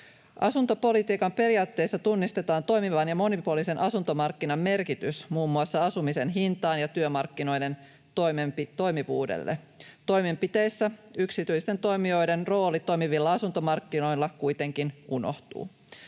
Asuntopolitiikan periaatteissa tunnistetaan toimivan ja monipuolisen asuntomarkkinan merkitys muun muassa asumisen hinnalle ja työmarkkinoiden toimivuudelle, toimenpiteissä yksityisten toimijoiden rooli toimivilla asuntomarkkinoilla kuitenkin unohtuu.